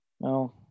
No